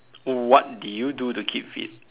what did you do to keep fit